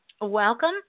welcome